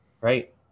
Right